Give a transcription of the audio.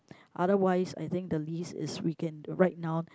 otherwise I think the least is we can right now